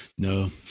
No